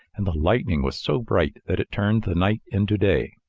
and the lightning was so bright that it turned the night into day.